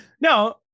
No